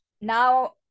now